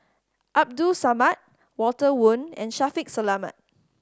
Abdul Samad Walter Woon and Shaffiq Selamat